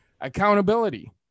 Accountability